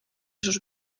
sus